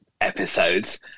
episodes